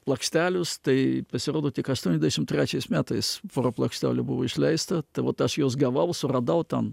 plokštelius tai pasirodo tik aštuoniasdešim trečiais metais pora plakštelių buvo išleista tai vat aš juos gavau suradau tan